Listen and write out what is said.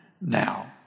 now